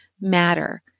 matter